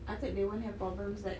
I thought they won't have problems like